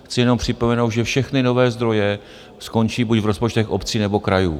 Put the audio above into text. Chci jenom připomenout, že všechny nové zdroje skončí buď v rozpočtech obcí, nebo krajů.